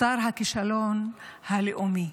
שר הכישלון הלאומי.